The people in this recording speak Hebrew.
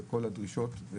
בכל הדרישות.